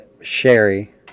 sherry